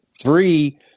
Three